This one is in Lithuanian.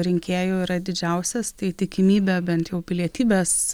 rinkėjų yra didžiausias tai tikimybė bent jau pilietybės